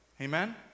Amen